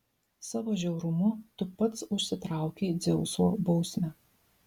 savo žiaurumu tu pats užsitraukei dzeuso bausmę